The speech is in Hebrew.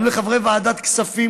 גם לחברי ועדת הכספים,